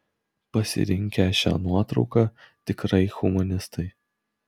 pasirinkę šią nuotrauką tikrai humanistai